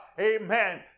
Amen